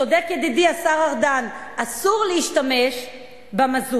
צודק ידידי השר ארדן: אסור להשתמש במזוט,